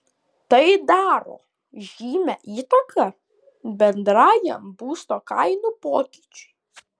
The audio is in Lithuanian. tai daro žymią įtaką bendrajam būsto kainų pokyčiui